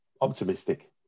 optimistic